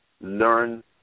learn